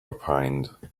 opined